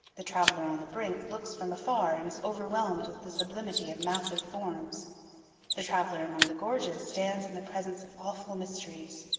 the traveler on the brink looks from afar and is overwhelmed with the sublimity of massive forms the traveler among the gorges stands in the presence of awful mysteries,